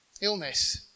illness